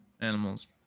Animals